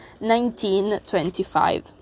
1925